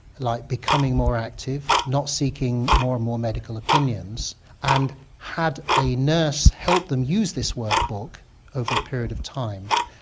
like becoming more active, not seeking more and more medical opinions and had a nurse help them use this work book over a period of time.